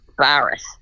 virus